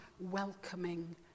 welcoming